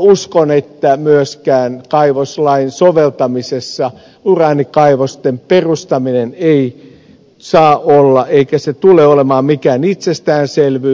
uskon että myöskään kaivoslain soveltamisessa uraanikaivosten perustaminen ei saa olla eikä se tule olemaan mikään itsestäänselvyys